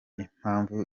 impamvu